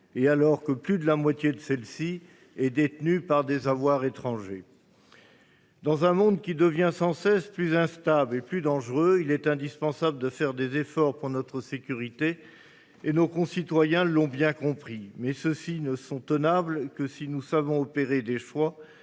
en outre, plus de la moitié de cette dette est détenue par des avoirs étrangers ? Dans un monde qui devient sans cesse plus instable et plus dangereux, il est indispensable de fournir des efforts pour notre sécurité ; nos concitoyens l’ont bien compris. Toutefois, de tels efforts ne sont tenables que si nous savons faire des choix,